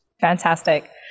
Fantastic